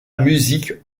musique